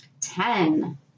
Ten